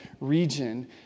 region